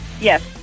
Yes